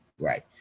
Right